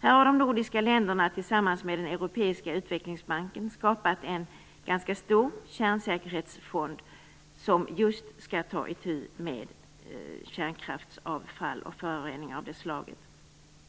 De nordiska länderna har tillsammans med den europeiska utvecklingsbanken skapat en ganska stor kärnsäkerhetsfond som just skall ta itu med kärnkraftsavfall och föroreningar av det slaget.